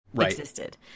existed